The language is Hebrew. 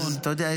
אתה יודע,